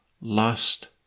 lust